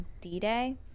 D-Day